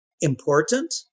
important